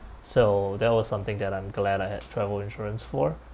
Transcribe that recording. so that was something that I'm glad I had travel insurance for